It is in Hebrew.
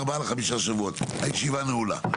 הישיבה נעולה.